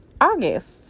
August